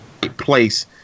place